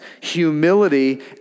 humility